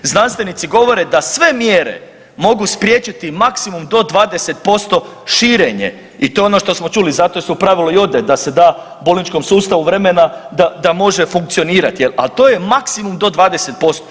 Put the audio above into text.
Znanstvenici govore da sve mjere mogu spriječiti maksimum do 20% širenje i to je ono što smo čuli zato su u pravilu i odredbe da se da bolničkom sustavu vremena da može funkcionirati, ali to je maksimum do 20%